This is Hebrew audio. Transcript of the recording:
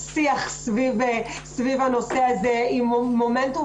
שיח סביב הנושא הזה עם מומנטום.